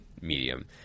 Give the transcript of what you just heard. medium